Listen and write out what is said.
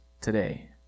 today